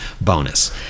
bonus